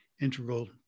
integral